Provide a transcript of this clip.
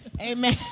Amen